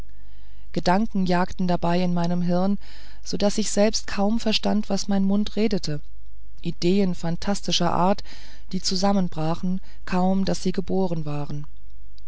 gedanken jagten dabei in meinem hirn so daß ich selbst kaum verstand was mein mund redete ideen phantastischer art die zusammenbrachen kaum daß sie geboren waren